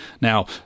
Now